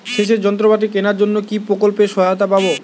সেচের যন্ত্রপাতি কেনার জন্য কি প্রকল্পে সহায়তা পাব?